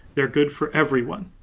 they're good for everyone.